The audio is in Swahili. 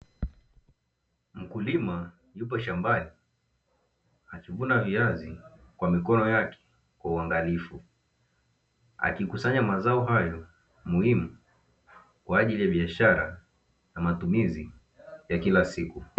Mkulima yupo shambani akivuna viazi kwa mikono yake kwa uangalifu, akikusanya mazao hayo muhimu kwa ajili ya biashara na matumizi ya kila siku.